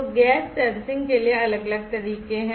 तो gas sensing के लिए अलग अलग तरीके हैं